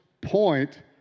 point